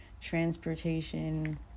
transportation